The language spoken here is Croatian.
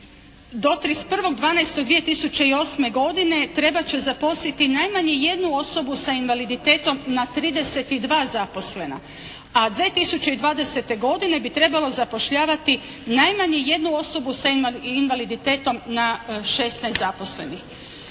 do 31.12.2008. trebat će zaposliti najmanje jednu osobu sa invaliditetom na 32 zaposlena, a 2020. godine bi trebalo zapošljavati najmanje jednu osobu sa invaliditetom na 16 zaposlenih.